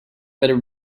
better